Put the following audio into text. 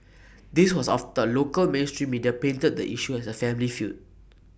this was after local mainstream media painted the issue as A family feud